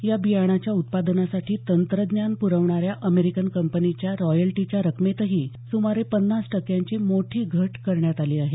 या बियाणाच्या उत्पादनासाठी तंत्रज्ञान पुरवणाऱ्या अमेरिकन कंपनीच्या रॉयल्टीच्या रकमेतही सुमारे पन्नास टक्क्यांची मोठी घट करण्यात आली आहे